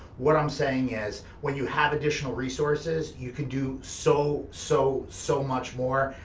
what i'm saying is, when you have additional resources, you can do so, so, so much more,